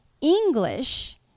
English